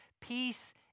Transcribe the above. Peace